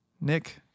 Nick